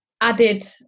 added